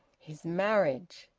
his marriage!